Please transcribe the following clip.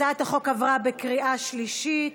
הצעת החוק עברה בקריאה השלישית.